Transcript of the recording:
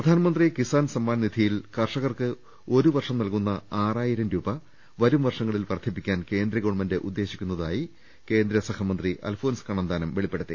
പ്രധാൻമന്ത്രി കിസാൻ സമ്മാൻ നിധിയിൽ കർഷകർക്ക് ഒരു വർഷം നൽകുന്ന ആറായിരം രൂപ്പ് വരും വർഷങ്ങളിൽ വർധിപ്പി ക്കാൻ കേന്ദ്ര ഗവൺമെന്റ് ഉദ്ദേശിക്കുന്നതായി കേന്ദ്രസഹ മന്ത്രി അൽഫോൻസ് കണ്ണന്താനം വെളിപ്പെടുത്തി